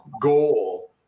goal